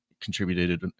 contributed